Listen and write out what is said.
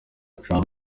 trump